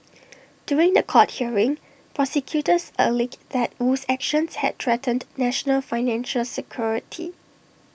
during The Court hearing prosecutors alleged that Wu's actions had threatened national financial security